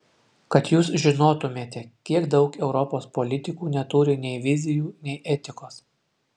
kad jūs žinotumėte kiek daug europos politikų neturi nei vizijų nei etikos